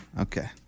Okay